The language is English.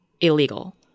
illegal